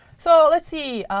so let's see,